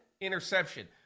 interception